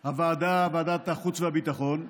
הוועדה, ועדת החוץ והביטחון.